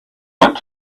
want